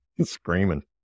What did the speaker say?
screaming